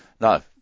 No